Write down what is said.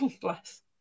Bless